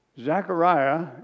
Zechariah